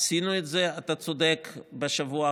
עשינו את זה, אתה צודק, בשבוע האחרון,